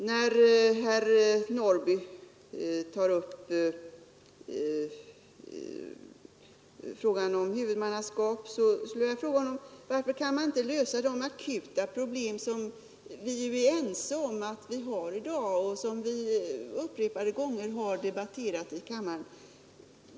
Herr Norrby i Gunnarskog tog upp frågan om huvudmannaskapet. Jag skulle vilja fråga honom, varför man inte skall försöka lösa de akuta problem som vi är ense om finns och som vi upprepade gånger har debatterat i kammaren.